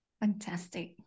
Fantastic